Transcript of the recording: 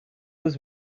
was